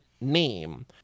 name